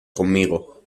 conmigo